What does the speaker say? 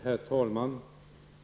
Herr talman!